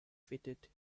fitted